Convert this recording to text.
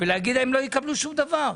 ולהגיד להם שהם לא יקבלו שום דבר?